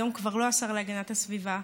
היום כבר לא השר להגנת הסביבה,